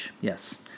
yes